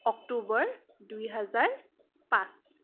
অক্টোবৰ দুইহাজাৰ পাঁচ